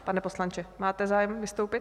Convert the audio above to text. Pane poslanče, máte zájem vystoupit?